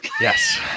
Yes